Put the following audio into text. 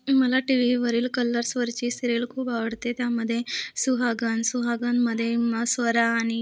मला टी वीवरील कलर्सवरची सिरियल खूप आवडते त्यामध्ये सुहागन सुहागनमध्ये मा स्वरा आणि